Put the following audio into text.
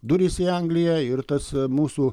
durys į angliją ir tas mūsų